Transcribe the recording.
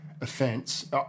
offence